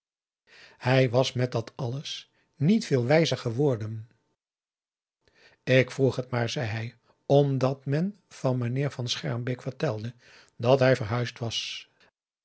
hij was met dat alles niet veel wijzer geworden ik vroeg het maar zei hij omdat men van meneer van schermbeek vertelde dat hij verhuisd was